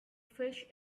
fish